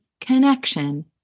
connection